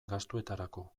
gastuetarako